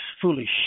Foolish